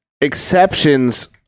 exceptions